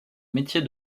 métier